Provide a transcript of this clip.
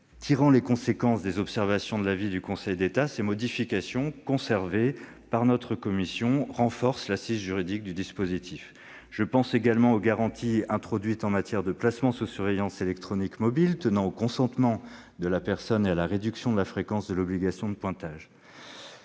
sûreté, à la suite des observations du Conseil d'État. Ces modifications, que notre commission a conservées, renforcent l'assise juridique du dispositif. Je pense également aux garanties introduites en matière de placement sous surveillance électronique mobile, à savoir le consentement de la personne et la réduction de la fréquence de l'obligation de pointage.